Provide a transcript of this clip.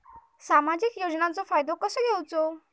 सामाजिक योजनांचो फायदो कसो घेवचो?